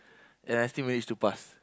ya I still managed to pass